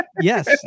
Yes